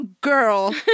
girl